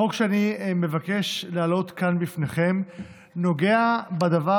החוק שאני מבקש להעלות כאן בפניכם נוגע אולי בדבר